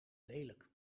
lelijk